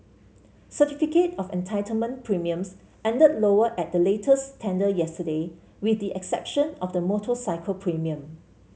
certificate of entitlement premiums ended lower at the latest tender yesterday with the exception of the motorcycle premium